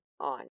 on